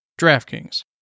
DraftKings